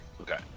Okay